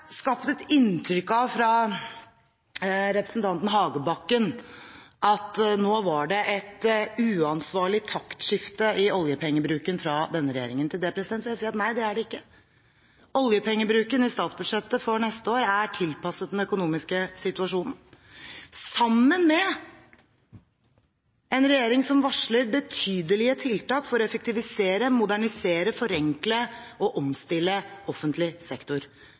skapt et inntrykk av at det var et uansvarlig taktskifte i oljepengebruken hos denne regjeringen. Til det vil jeg si at det er det ikke. Oljepengebruken i statsbudsjettet for neste år er tilpasset den økonomiske situasjonen – under en regjering som varsler betydelige tiltak for å effektivisere, modernisere, forenkle og omstille offentlig sektor.